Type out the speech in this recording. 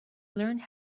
learned